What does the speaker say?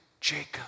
Jacob